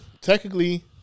technically